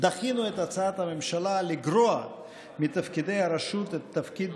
דחינו את הצעת הממשלה לגרוע מתפקידי הרשות את תפקיד